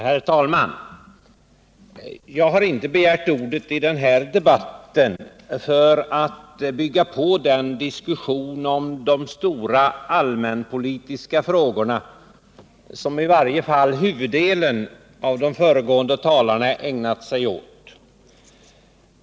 Herr talman! Jag har inte begärt ordet i den här debatten för att bygga på den diskussion om de stora allmänpolitiska frågorna som i varje fall de flesta av de föregående talarna har ägnat sig åt.